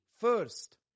First